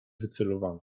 wycelowane